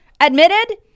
admitted